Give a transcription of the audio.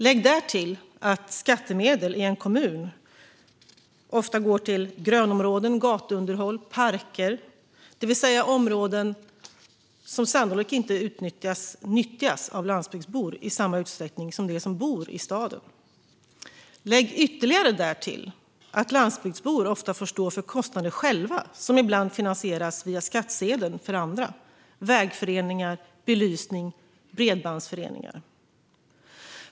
Lägg därtill att skattemedel i en kommun ofta går till grönområden, gatuunderhåll och parker, det vill säga områden som sannolikt inte nyttjas av landsbygdsbor i samma utsträckning som av dem som bor i staden. Lägg ytterligare därtill att landsbygdsbor ofta själva får stå för kostnader som ibland finansieras via skattsedeln för andra, såsom vägföreningar, belysning och bredbandsföreningar.